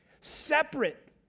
Separate